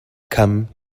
come